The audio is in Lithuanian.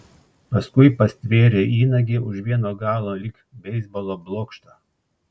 paskui pastvėrė įnagį už vieno galo lyg beisbolo blokštą